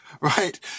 Right